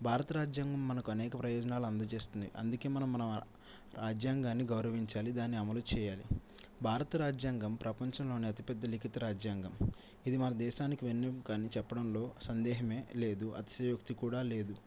భారత రాజ్యాంగం మనకు అనేక ప్రయోజనాలు అందజేస్తుంది అందుకే మనం మన రాజ్యాంగాన్ని గౌరవించాలి దాని అమలు చేయాలి భారత రాజ్యాంగం ప్రపంచంలోనే అతిపెద్ద లిఖిత రాజ్యాంగం ఇది మన దేశానికి వెన్నుముక అని చెప్పడంలో సందేహమే లేదు అతిశయోక్తి కూడా లేదు